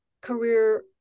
career